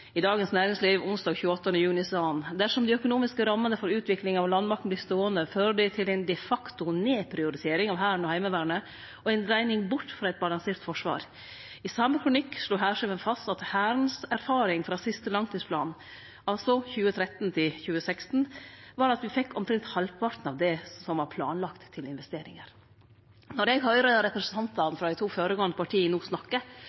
I Dagens Næringsliv onsdag 28. juni sa han: «Dersom de økonomiske rammene for utviklingen av landmakten blir stående, fører de til en de facto nedprioritering av Hæren og Heimevernet, og en dreining bort fra et balansert forsvar.» I same kronikk slo hærsjefen fast at «Hærens erfaring fra siste langtidsplan» – altså 2013–2016 – «var at vi fikk omtrent halvparten av det som var planlagt til investeringer». Når